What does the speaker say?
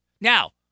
Now